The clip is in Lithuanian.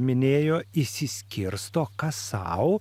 minėjo išsiskirsto kas sau